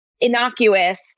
innocuous